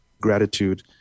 gratitude